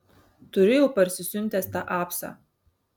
turiu jau parsisiuntęs tą apsą